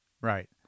right